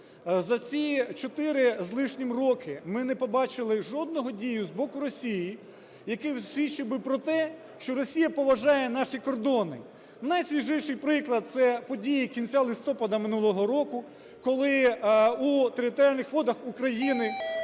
за ці 4 з лишнім роки ми не побачили жодної дії з боку Росії, яка б свідчила про те, що Росія поважає наші кордони. Найсвіжіший приклад – це події кінця листопада минулого року, коли в територіальних водах України